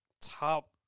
top